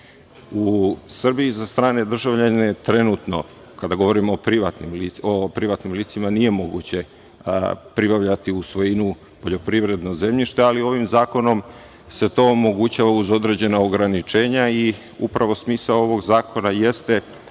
u Srbiji za strane državljane trenutno kada govorimo o privatnim licima nije moguće pribavljati u svojinu poljoprivredno zemljište, ali ovim zakonom se to omogućava uz određena ograničenja i upravo smisao ovog zakona jeste